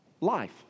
Life